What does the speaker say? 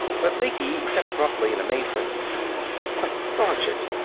but lecky said abruptly, in amazement but, sergeant!